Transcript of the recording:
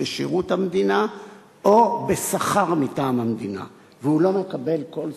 בשירות המדינה או בשכר המדינה מטעם המדינה והוא לא מקבל כל שכר.